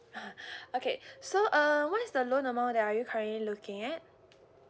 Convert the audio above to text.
okay so uh what is the loan amount that are you currently looking at